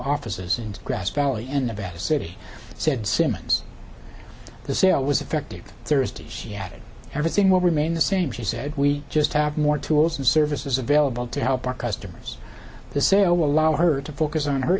offices in grass valley and nevada city said simmons the sale was effective thursday she added everything will remain the same she said we just have more tools and services available to help our customers the sale will allow her to focus on her